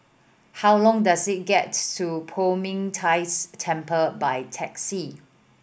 how long does it get to Poh Ming Tse Temple by taxi